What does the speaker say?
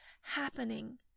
happening